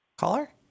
caller